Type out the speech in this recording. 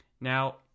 now